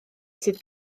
sydd